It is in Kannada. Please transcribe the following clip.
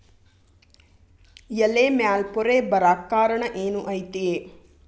ಎಲೆ ಮ್ಯಾಲ್ ಪೊರೆ ಬರಾಕ್ ಕಾರಣ ಏನು ಐತಿ?